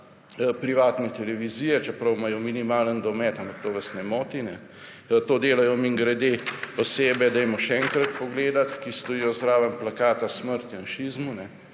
privatne televizije, čeprav imajo minimalen domet, ampak to vas ne moti. To delajo, mimogrede osebe, dajmo še enkrat pogledati, ki stojijo zraven plakata Smrt janšizmu.